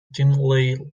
dimly